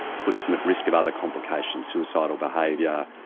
puts them at risk of other complications, suicidal behaviour,